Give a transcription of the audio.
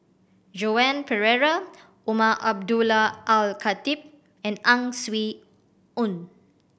Joan Pereira Umar Abdullah Al Khatib and Ang Swee Aun